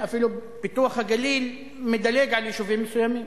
אפילו פיתוח הגליל מדלג על יישובים מסוימים.